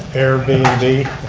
airbnb. the